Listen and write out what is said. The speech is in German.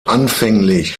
anfänglich